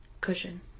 Cushion